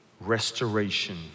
restoration